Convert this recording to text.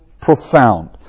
profound